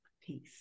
Peace